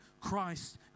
Christ